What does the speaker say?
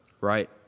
Right